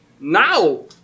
Now